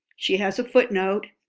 she has a footnote,